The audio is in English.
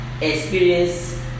experience